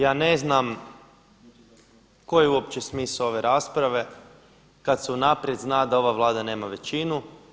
Ja ne znam koji je uopće smisao ove rasprave kad se unaprijed zna da ova Vlada nema većinu.